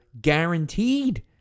guaranteed